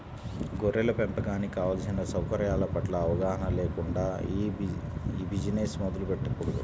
గొర్రెల పెంపకానికి కావలసిన సౌకర్యాల పట్ల అవగాహన లేకుండా ఈ బిజినెస్ మొదలు పెట్టకూడదు